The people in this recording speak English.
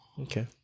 Okay